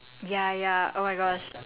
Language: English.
ya ya oh my gosh